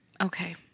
Okay